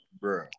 bro